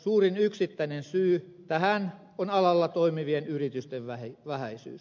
suurin yksittäinen syy tähän on alalla toimivien yritysten vähäisyys